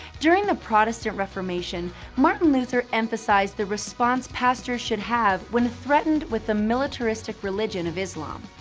during the protestant reformation martin luther emphasized the response pastors should have when threatened with the militaristic religion of islam.